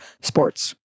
Sports